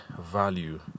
value